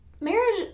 marriage